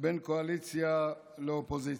בין קואליציה לאופוזיציה.